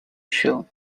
show